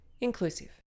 inclusive